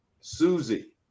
Susie